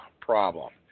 problem